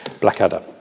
blackadder